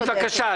בתפקידו.